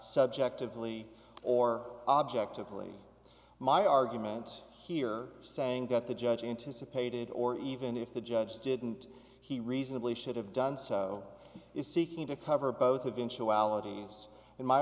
subjectively or objectively my argument here saying that the judge anticipated or even if the judge didn't he reasonably should have done so is seeking to cover both eventuality